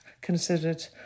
considered